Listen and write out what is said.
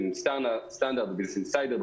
ב- Evening Standard ב- Business Insider,